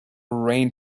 rain